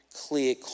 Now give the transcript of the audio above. clear